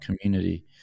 community